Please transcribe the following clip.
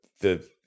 the-